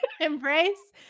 embrace